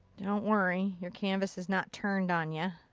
don't worry. your canvas has not turned on yeah